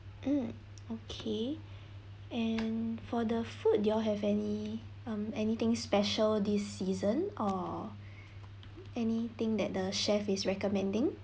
mm okay and for the food do you all have any um anything special this season or any thing that the chefs is recommending